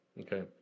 Okay